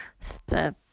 Step